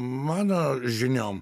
mano žiniom